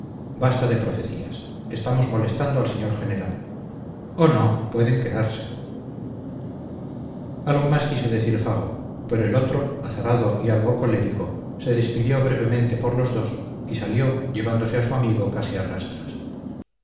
basta de profecías estamos molestando al señor general oh no pueden quedarse algo más quiso decir fago pero el otro azarado y algo colérico se despidió brevemente por los dos y salió llevándose a su amigo casi